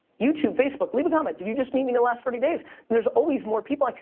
youtube, facebook, leave a comment. did you just meet me in the last thirty days? and there's always more people, like